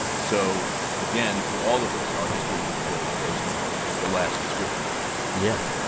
so again, for all of us, our history was built based on the last script we had done yeah.